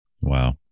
Wow